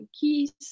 keys